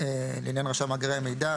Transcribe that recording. לעניין רשם מאגרי המידע,